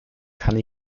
kann